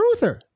Truther